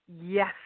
yes